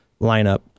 lineup